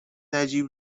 نجیب